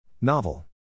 Novel